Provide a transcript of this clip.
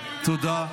תודה.